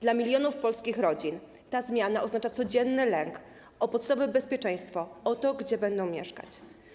Dla milionów polskich rodzin ta zmiana oznacza codzienny lęk o podstawowe bezpieczeństwo, o to, gdzie będą mieszkać.